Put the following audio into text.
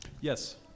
Yes